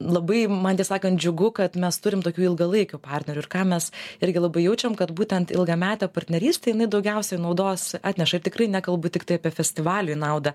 labai man tiesą sakant džiugu kad mes turim tokių ilgalaikių partnerių ir ką mes irgi labai jaučiam kad būtent ilgametė partnerystė jinai daugiausiai naudos atneša ir tikrai nekalbu tiktai apie festivaliui naudą